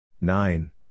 nine